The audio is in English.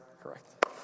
Correct